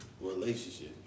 relationship